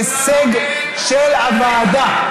זה הישג של הוועדה.